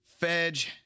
Fedge